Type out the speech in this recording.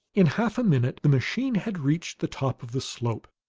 in half a minute the machine had reached the top of the slope,